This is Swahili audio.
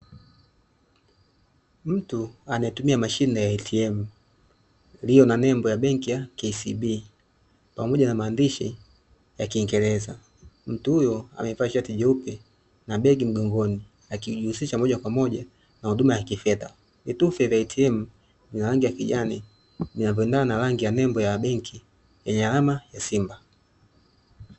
Mtu anayetumia mashine ya 'ATM', iliyo na nembo ya benki ya (KCB) pamoja na maandishi ya kiingereza mtu. Huyo amevaa shati jeupe na begi mgongoni, akijihusisha mojakwamoja na huduma za kifedha, vitufe vya 'ATM' vina rangi ya kijani, vinavyoendana na rangi ya nembo ya benki yenye alama ya simba.